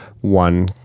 one